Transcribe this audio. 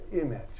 image